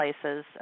places